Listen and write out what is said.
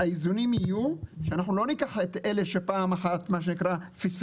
האיזונים יהיו שאנחנו לא ניקח את אלה שפעם אחת פספסו.